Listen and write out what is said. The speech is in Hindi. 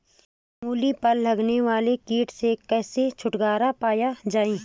मूली पर लगने वाले कीट से कैसे छुटकारा पाया जाये?